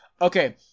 Okay